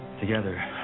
Together